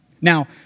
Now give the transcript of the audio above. Now